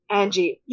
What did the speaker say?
Angie